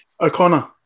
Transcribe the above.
O'Connor